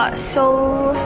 ah so.